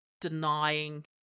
denying